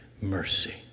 mercy